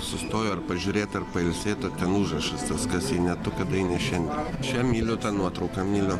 sustojo ar pažiūrėt ar pailsėt o ten užrašas tas kas jei ne tu kada jei ne šiandien aš ją myliu tą nuotrauką myliu